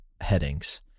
headings